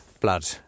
blood